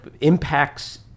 impacts